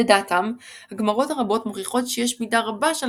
לדעתם הגמרות הרבות מוכיחות שיש מידה רבה של